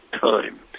time